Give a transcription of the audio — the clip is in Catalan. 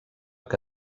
que